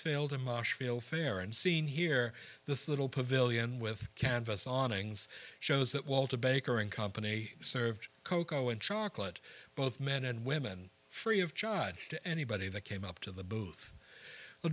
marshfield fair and seen here this little pavilion with canvas on ngs shows that walter baker and company served cocoa and chocolate both men and women free of charge to anybody that came up to the booth